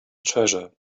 treasure